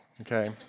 okay